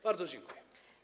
Bardzo dziękuję.